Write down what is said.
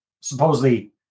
supposedly